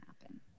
happen